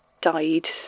died